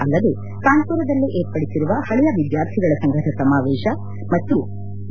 ಅಲ್ಲದೆ ಕಾನ್ವುರದಲ್ಲೇ ಏರ್ಪಡಿಸಿರುವ ಹಳೆಯ ವಿದ್ಯಾರ್ಥಿಗಳ ಸಂಘದ ಸಮಾವೇಶ ಮತ್ತು ಬಿ